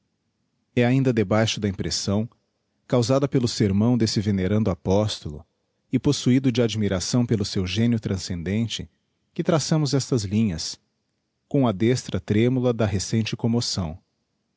e ainda debaixo da impressão causada pelo sermão desse venerando apostolo e possuído de admiração pelo seu génio transcendente que traçamos estas linhas com a dextra tremula da recente commoção